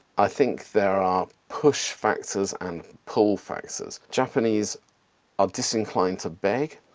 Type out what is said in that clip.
i think there are push factors and pull factors. japanese are disinclined to beg.